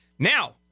Now